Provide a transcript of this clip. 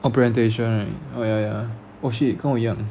oh presentation right oh ya ya oh shit 跟我一样